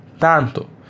tanto